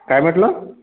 काय म्हटलं